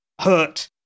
hurt